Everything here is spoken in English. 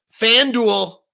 FanDuel